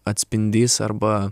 atspindys arba